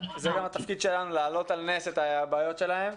זה גם התפקיד שלנו, להעלות על נס את הבעיות שלהם.